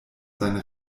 seine